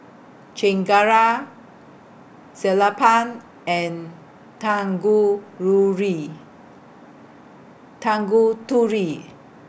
Chengara Sellapan and Tangururi Tanguturi